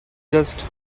just